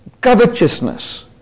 covetousness